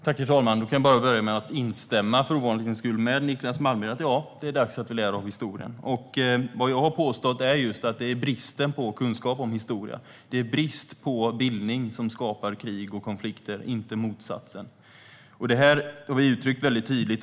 Herr talman! Jag börjar, för ovanlighetens skull, med att instämma med Niclas Malmberg. Ja, det är dags att vi lär av historien. Jag har påstått att brist på kunskap om historia och brist på bildning skapar krig och konflikter, inte motsatsen. Det har vi sverigedemokrater uttryckt tydligt.